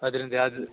ಅದರಿಂದ ಯಾವ್ದು